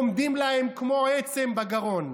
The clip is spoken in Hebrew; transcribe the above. אתם עומדים להם כמו עצם בגרון.